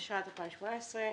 התשע"ט-2018,